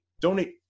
donate